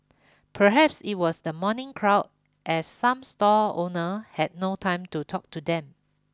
perhaps it was the morning crowd as some stall owner had no time to talk to them